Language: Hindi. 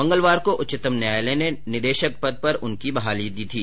मंगलवार को उच्चंतम न्यायालय ने निदेशक पद पर उनकी बहाली कर दी थी